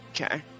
Okay